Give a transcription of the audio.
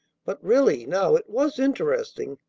but really, now, it was interesting,